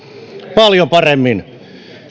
paljon paremmin